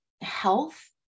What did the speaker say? health